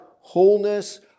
wholeness